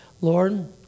Lord